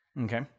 Okay